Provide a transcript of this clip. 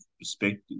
perspective